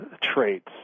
traits